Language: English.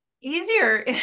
easier